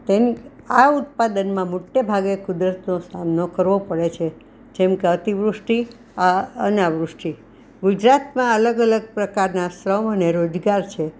તેન આ ઉત્પાદનમાં મોટે ભાગે કુદરતનો સામનો કરવો પડે છે જેમ કે અતિવૃષ્ટિ અનાવૃષ્ટિ ગુજરાતના અલગ અલગ પ્રકારના શ્રમ અને રોજગાર છે